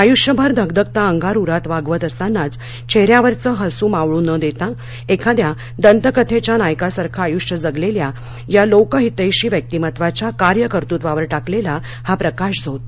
आयृष्यभर धगधगता अंगार उरात वागवत असतानाच चेहऱ्यावरचं हसु मावळू न देता एखाद्या दंतकथेच्या नायकासारखं आयुष्य जगलेल्या या लोकहितैषी व्यक्तिमत्त्वाच्या कार्यकर्तृत्वावर टाकलेला हा प्रकाशझोत